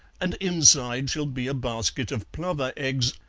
and inside shall be a basket of plover eggs,